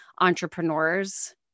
entrepreneurs